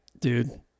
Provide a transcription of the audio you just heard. Dude